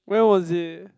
when was it